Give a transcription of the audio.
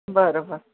बरं बरं